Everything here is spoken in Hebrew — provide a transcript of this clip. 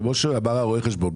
כמו שאמר רואה החשבון.